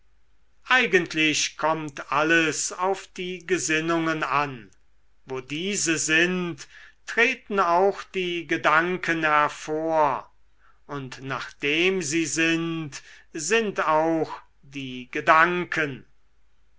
eigentlich kommt alles auf die gesinnungen an wo diese sind treten auch die gedanken hervor und nachdem sie sind sind auch die gedanken